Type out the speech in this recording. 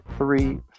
three